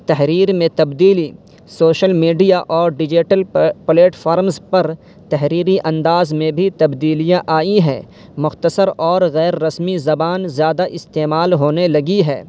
تحریر میں تبدیلی سوشل میڈیا اور ڈیجیٹل پلیٹفارمز پر تحریری انداز میں بھی تبدیلیاں آئی ہیں مختصر اور غیررسمی زبان زیادہ استعمال ہونے لگی ہے